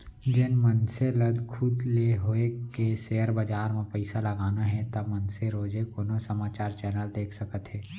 जेन मनसे ल खुद ले होके सेयर बजार म पइसा लगाना हे ता मनसे रोजे कोनो समाचार चैनल देख सकत हे